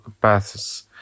paths